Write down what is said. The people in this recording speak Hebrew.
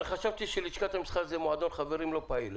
אני חשבתי שלשכת המסחר זה מועדון חברים לא פעיל.